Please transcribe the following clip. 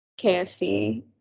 KFC